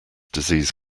disease